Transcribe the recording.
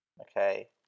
Okay